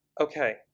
Okay